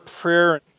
prayer